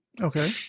Okay